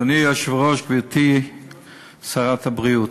אדוני היושב-ראש, גברתי שרת הבריאות,